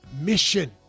mission